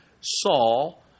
Saul